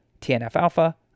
TNF-alpha